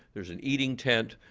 there's an eating tent.